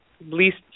least